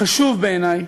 החשוב בעיני,